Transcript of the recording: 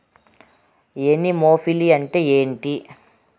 Anemophily అంటే ఏంటి?